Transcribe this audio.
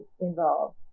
involved